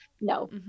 no